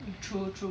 true true